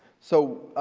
so,